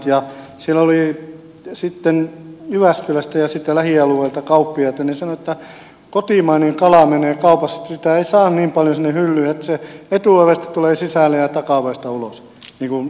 siellä oli sitten jyväskylästä ja siitä lähialueelta kauppiaita niin he sanoivat että kotimainen kala menee kaupaksi sitä ei saa niin paljon sinne hyllyyn että se etuovesta tulee sisälle ja takaovesta ulos niin kuin kuvaannollisesti